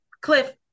Cliff